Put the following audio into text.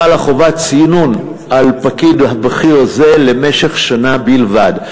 חלה חובת צינון על הפקיד הבכיר הזה למשך שנה בלבד.